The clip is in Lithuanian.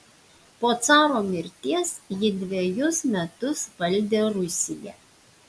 po caro mirties ji dvejus metus valdė rusiją